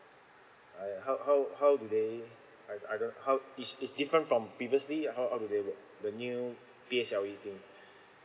I how how how do they I I don't how is is different from previously how do they work the new P_S_L_E thing